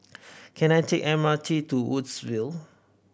can I take M R T to Woodsville